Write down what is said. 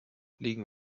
liegen